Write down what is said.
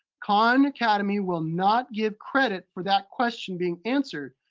khan academy will not give credit for that question being answered.